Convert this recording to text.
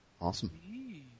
Awesome